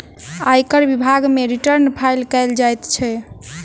आयकर विभाग मे रिटर्न फाइल कयल जाइत छै